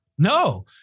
No